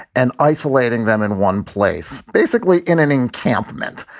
and isolating them in one place, basically in an encampment.